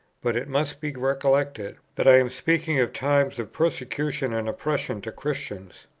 but it must be recollected that i am speaking of times of persecution and oppression to christians,